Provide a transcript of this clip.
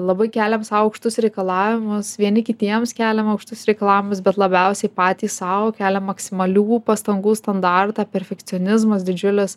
labai keliam sau aukštus reikalavimus vieni kitiems keliam aukštus reikalavimus bet labiausiai patys sau keliam maksimalių pastangų standartą perfekcionizmas didžiulis